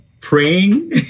praying